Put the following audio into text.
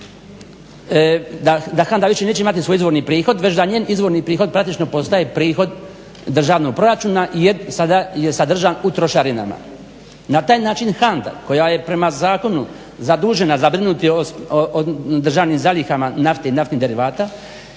da HANDA više neće imati svoj izvorni prihod, već da njen izvorni prihod praktično postaje prihod državnog proračuna jer sada je sadržan u trošarinama. Na taj način HANDA koja je prema zakonu zadužena za brinuti o državnim zalihama nafte i naftnih derivata